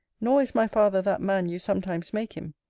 nor is my father that man you sometimes make him.